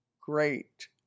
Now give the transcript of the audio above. great